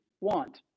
want